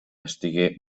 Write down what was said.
estigué